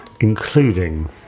Including